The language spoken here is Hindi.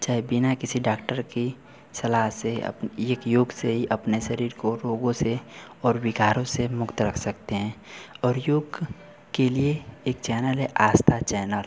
चाहे बिना किसी डाक्टर के सलाह से अपने एक योग से ही अपने शरीर को रोगों से और विकारों से मुख्त रख सकते हैं और योग के लिए एक चैनल है आस्था चैनल